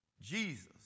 Jesus